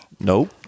Nope